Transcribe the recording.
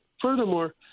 Furthermore